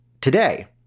today